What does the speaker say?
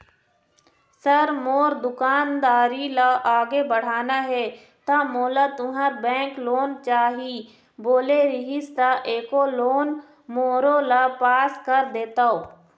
Sir मोर दुकानदारी ला आगे बढ़ाना हे ता मोला तुंहर बैंक लोन चाही बोले रीहिस ता एको लोन मोरोला पास कर देतव?